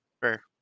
Fair